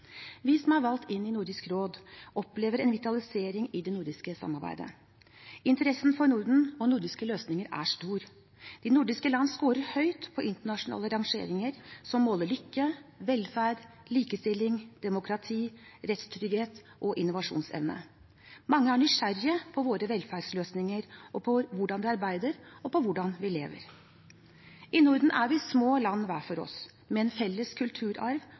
Vi som er valgt inn i Nordisk råd, opplever en vitalisering av det nordiske samarbeidet. Interessen for Norden og nordiske løsninger er stor. De nordiske landene skårer høyt på internasjonale rangeringer som måler lykke, velferd, likestilling, demokrati, rettstrygghet og innovasjonsevne. Mange er nysgjerrige på våre velferdsløsninger, på hvordan vi arbeider, og på hvordan vi lever. I Norden er vi små land hver for oss, men med en felles kulturarv